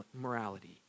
morality